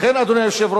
לכן, אדוני היושב-ראש,